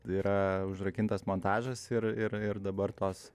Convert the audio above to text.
yra užrakintas montažas ir ir ir dabar tos